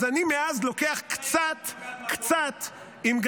מי אחראי למצוקת המקום?